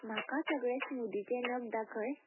म्हाका सगळे स्मुदीचे नग दाखय